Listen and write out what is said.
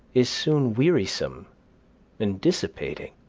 is soon wearisome and dissipating.